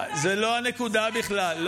זו לא הנקודה בכלל.